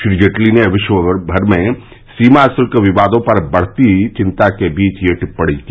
श्री जेटली ने विश्वमर में सीमा शुल्क विवादों पर बढ़ती चिंता के बीच यह टिप्प्णी की